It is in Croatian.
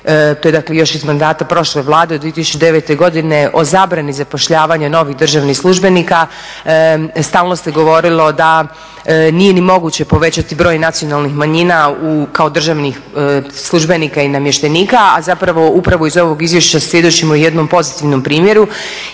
to je dakle još iz mandata prošle Vlade u 2009. godini o zabrani zapošljavanja novih državnih službenika stalno se govorilo da nije ni moguće povećati broj nacionalnih manjina kao državnih službenika i namještenika, a zapravo upravo iz ovog izvješća svjedočimo jednom pozitivnom primjeru.